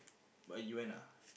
but you went ah